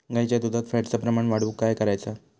गाईच्या दुधात फॅटचा प्रमाण वाढवुक काय करायचा?